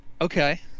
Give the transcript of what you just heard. okay